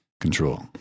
control